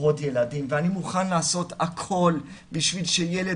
עוד ילדים ואני מוכן לעשות הכל בשביל שילד